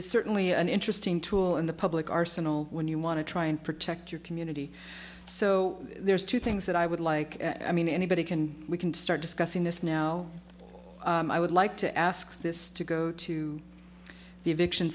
is certainly an interesting tool in the public arsenal when you want to try and protect your community so there's two things that i would like i mean anybody can we can start discussing this now i would like to ask this to go to the eviction